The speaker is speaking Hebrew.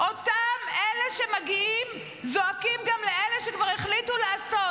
אותם אלה שמגיעים זועקים גם לאלה שכבר החליטו לעשות,